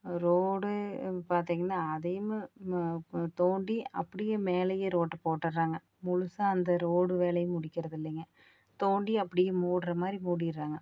road பார்த்தீங்கன்னா அதையும் தோண்டி அப்படியே மேலேயே ரோட்டை போட்டுடுறாங்க முழுசாக அந்த ரோடு வேலையை முடிக்கிறதில்லைங்க தோண்டி அப்படியே மூடுற மாதிரி மூடிடுறாங்க